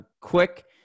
quick